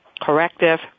corrective